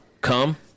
come